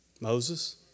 Moses